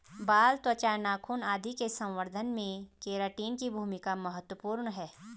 बाल, त्वचा, नाखून आदि के संवर्धन में केराटिन की भूमिका महत्त्वपूर्ण है